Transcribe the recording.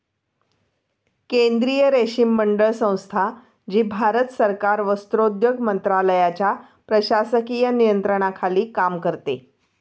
केंद्रीय रेशीम मंडळ संस्था, जी भारत सरकार वस्त्रोद्योग मंत्रालयाच्या प्रशासकीय नियंत्रणाखाली काम करते